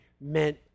meant